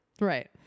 Right